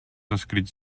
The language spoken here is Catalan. escrits